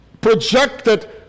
projected